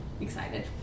excited